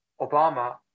Obama